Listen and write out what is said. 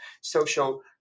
social